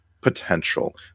potential